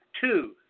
two